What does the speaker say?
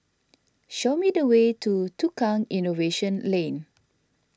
show me the way to Tukang Innovation Lane